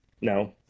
No